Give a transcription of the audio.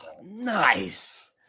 nice